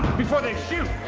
before they shoot!